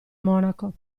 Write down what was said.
monaco